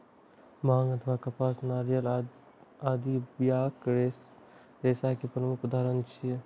बांग अथवा कपास, नारियल आदि बियाक रेशा के प्रमुख उदाहरण छियै